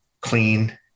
clean